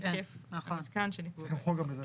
צריך למחוק גם את זה.